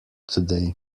today